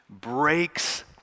breaks